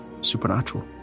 supernatural